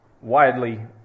widely